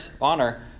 honor